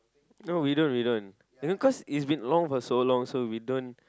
no we don't we don't cause it's been long for so long so we don't